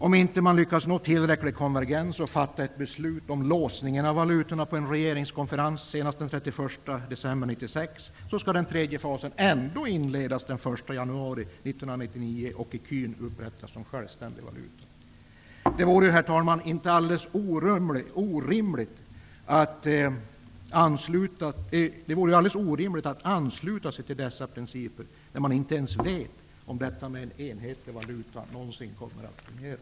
Om man inte lyckas nå tillräcklig konvergens och fatta ett beslut om låsningen av valutorna på en regeringskonferens senast den 31 december 1996 skall den tredje fasen ändå inledas den 1 januari 1999 och ecun upprättas som sjävständig valuta. Det vore, herr talman, alldeles orimligt att ansluta sig till dessa principer när man inte ens vet om detta med enhetlig valuta någonsin kommer att fungera.